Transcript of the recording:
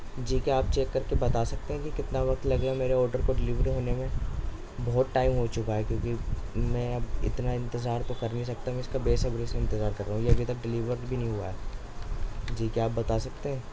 جی کیا آپ چیک کر کے بتا سکتے ہیں کہ کتنا وقت لگے گا میرے آڈر کو ڈلیوری ہونے میں بہت ٹائم ہو چکا ہے کیوںکہ میں اب اتنا انتظار تو کر نہیں سکتا میں اس کا بےصبری سے انتظار کر رہا ہوں یہ ابھی تک ڈلیور بھی نہیں ہوا ہے جی کیا آپ بتا سکتے ہیں